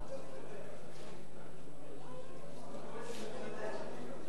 הצעת סיעות העבודה ומרצ להביע